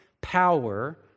power